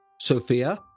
Sophia